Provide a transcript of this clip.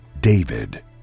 David